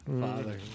father